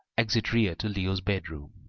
exit rear to leo's bedroom.